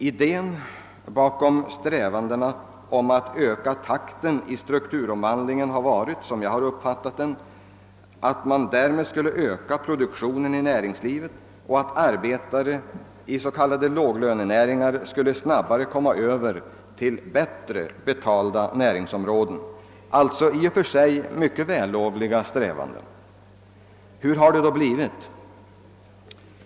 Idén bakom strävan att öka takten i strukturomvandlingen har varit, som jag uppfattat den, att man därmed skulle öka produktiviteten inom näringslivet och att arbetare i s.k. låglönenäringar snabbare skulle komma över till bättre betalda näringsområden. Det är alltså två i och för sig mycket vällovliga strävanden. Hur har det då blivit?